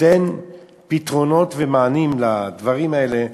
תיתן פתרונות ומענים לדברים האלה,